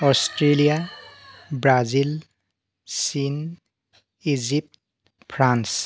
Australia Brazil চীন Egypt France